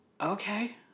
okay